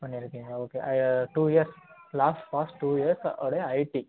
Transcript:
பண்ணியிருக்கீங்களா okay two years last past two years ஓடைய ID